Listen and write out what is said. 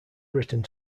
written